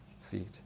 feet